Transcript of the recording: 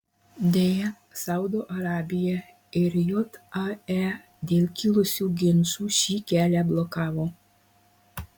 deja saudo arabija ir jae dėl kilusių ginčų šį kelią blokavo